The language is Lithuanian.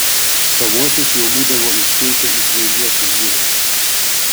savuosius jau būdavo iškeitę į svaigiuosius gėrimus